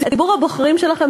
את ציבור הבוחרים שלכם,